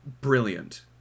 brilliant